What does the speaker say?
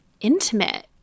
intimate